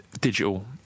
digital